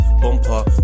bumper